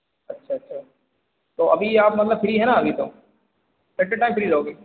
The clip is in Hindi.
अच्छा अच्छा तो अभी आप मतलब फ्री है ना अभी तो कितने टाइम फ्री रहोगे